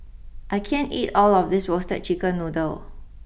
I can't eat all of this Roasted Chicken Noodle